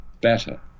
better